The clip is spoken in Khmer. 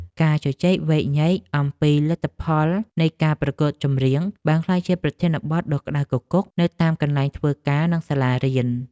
ការជជែកវែកញែកអំពីលទ្ធផលនៃការប្រកួតចម្រៀងបានក្លាយជាប្រធានបទដ៏ក្តៅគគុកនៅតាមកន្លែងធ្វើការនិងសាលារៀន។